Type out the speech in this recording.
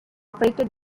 operated